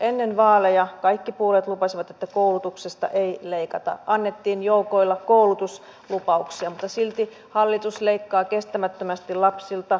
ennen vaaleja kaikki puolueet lupasivat että koulutuksesta ei leikata annettiin joukolla koulutuslupauksia mutta silti hallitus leikkaa kestämättömästi lapsilta